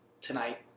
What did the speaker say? tonight